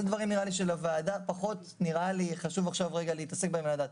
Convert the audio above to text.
אלה דברים שנראה לי שלוועדה פחות חשוב עכשיו להתעסק בהם ולדעת.